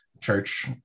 Church